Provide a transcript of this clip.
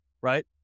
Right